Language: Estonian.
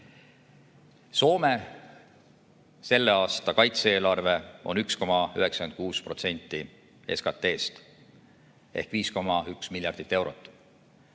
Soome selle aasta kaitse-eelarve on 1,96% SKT-st ehk 5,1 miljardit eurot.